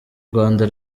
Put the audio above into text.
rwanda